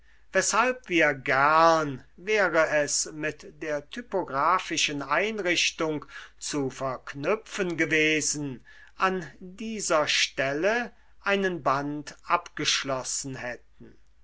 weshalb wir gern wäre es mit der typographischen einrichtung zu verknüpfen gewesen an dieser stelle einen band abgeschlossen hätten